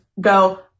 go